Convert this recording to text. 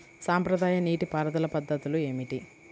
సాంప్రదాయ నీటి పారుదల పద్ధతులు ఏమిటి?